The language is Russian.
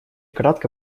кратко